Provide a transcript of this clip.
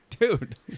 dude